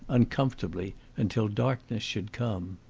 uncomfortably, until darkness should come.